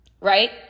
right